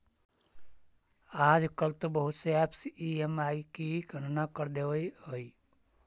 आजकल तो बहुत से ऐपस ई.एम.आई की गणना कर देवअ हई